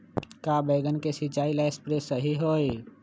का बैगन के सिचाई ला सप्रे सही होई?